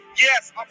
Yes